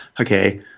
okay